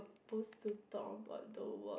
~posed to talk about the work